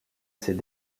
ces